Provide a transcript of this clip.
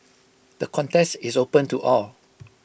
the contest is open to all